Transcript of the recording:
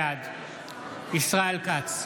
בעד ישראל כץ,